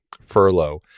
furlough